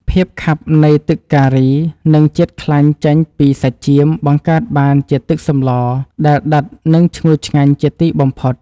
ភាពខាប់នៃទឹកការីនិងជាតិខ្លាញ់ចេញពីសាច់ចៀមបង្កើតបានជាទឹកសម្លដែលដិតនិងឈ្ងុយឆ្ងាញ់ជាទីបំផុត។